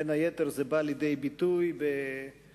בין היתר זה בא לידי ביטוי בניסיונות